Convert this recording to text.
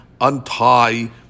untie